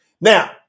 Now